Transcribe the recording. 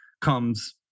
comes